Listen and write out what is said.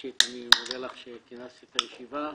ראשית אני מודה לך שכינסת את הישיבה.